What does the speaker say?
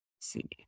see